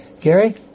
Gary